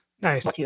Nice